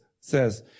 says